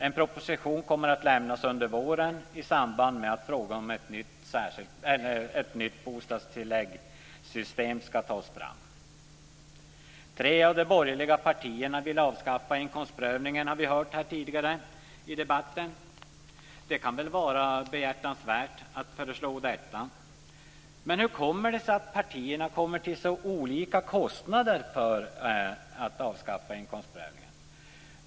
En proposition kommer att lämnas under våren i samband med att ett nytt bostadstilläggssystem ska tas fram. Vi har hört här tidigare i debatten att tre av de borgerliga partierna vill avskaffa inkomstprövningen. Det kan väl vara behjärtansvärt att föreslå detta. Men hur kommer det sig att partierna kommer till så olika kostnader för att avskaffa inkomstprövningen?